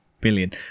billion